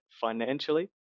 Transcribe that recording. financially